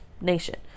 nation